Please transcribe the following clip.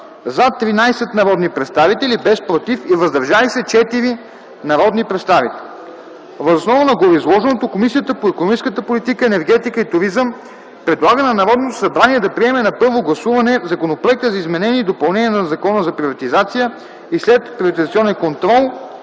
– 13 народни представители, без „против” и „въздържали се” – 4 народни представители. Въз основа на гореизложеното Комисията по икономическата политика, енергетика и туризъм предлага на Народното събрание да приеме на първо гласуване Законопроекта за изменение и допълнение на Закона за приватизация и следприватизационен контрол,